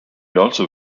also